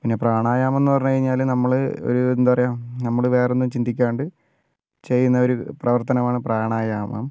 പിന്നെ പ്രാണായാമം എന്ന് പറഞ്ഞു കഴിഞ്ഞാൽ നമ്മൾ ഒരു എന്താ പറയുക നമ്മൾ വേറെ ഒന്നും ചിന്തിക്കാണ്ട് ചെയ്യുന്ന ഒരു പ്രവർത്തനമാണ് പ്രാണായാമം